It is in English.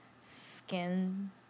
skin